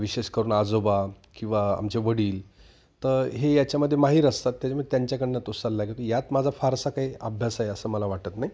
विशेष करून आजोबा किंवा आमचे वडील तर हे याच्यामध्ये माहीर असतात त्याच्यामुळे त्यांच्याकडून तो साल्ला घेतो यात माझा फारसा काही अभ्यास आहे असं मला वाटत नाही